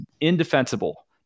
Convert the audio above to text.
indefensible